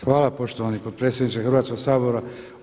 Hvala poštovani potpredsjedniče Hrvatskoga sabora.